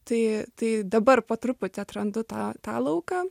tai tai dabar po truputį atrandu tą tą lauką